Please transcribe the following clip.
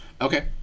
Okay